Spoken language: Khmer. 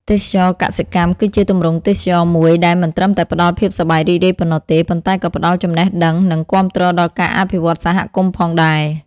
ទេសចរណ៍កសិកម្មគឺជាទម្រង់ទេសចរណ៍មួយដែលមិនត្រឹមតែផ្ដល់ភាពសប្បាយរីករាយប៉ុណ្ណោះទេ ប៉ុន្តែក៏ផ្ដល់ចំណេះដឹង និងគាំទ្រដល់ការអភិវឌ្ឍសហគមន៍ផងដែរ ។